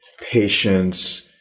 patience